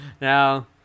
Now